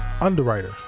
underwriter